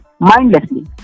mindlessly